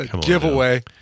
giveaway